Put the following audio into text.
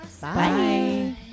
Bye